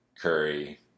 Curry